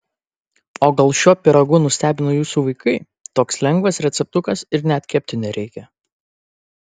o gal šiuo pyragu nustebino jūsų vaikai toks lengvas receptukas ir net kepti nereikia